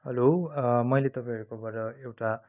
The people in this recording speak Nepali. हेलो मैले तपाईँहरूकोबाड एउटा